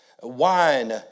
Wine